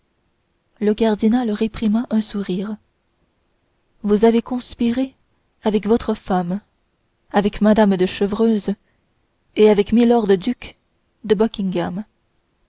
le cardinal réprima un sourire vous avez conspiré avec votre femme avec mme de chevreuse et avec milord duc de